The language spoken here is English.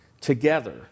together